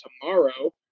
tomorrow